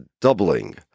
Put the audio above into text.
doubling